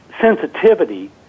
sensitivity